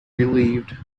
relieved